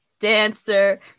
Dancer